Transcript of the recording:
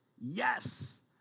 Yes